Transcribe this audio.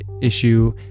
issue